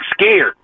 scared